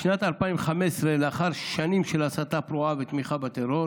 בשנת 2015, לאחר שנים של הסתה פרועה ותמיכה בטרור,